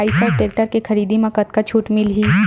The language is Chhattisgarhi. आइसर टेक्टर के खरीदी म कतका छूट मिलही?